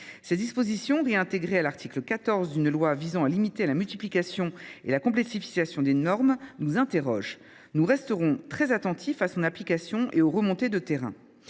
Ses dispositions, réintégrées à l’article 14 d’une loi visant à limiter la multiplication et la complexification des normes, nous interrogent. Nous resterons très attentifs quant à son application et aux remontées de terrain.